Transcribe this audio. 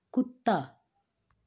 ਕੁੱਤਾ